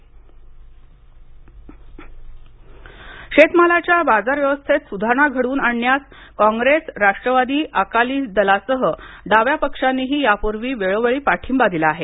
कषी फडणविस शेतीमालाच्या बाजार व्यवस्थेत सुधारणा घडवून आणण्यास काँग्रेस राष्ट्रवादी अकाली दलासह डाव्या पक्षांनीही यापूर्वी वेळोवेळी पाठिंबा दिला आहे